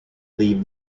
leave